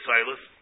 Silas